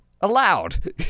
Allowed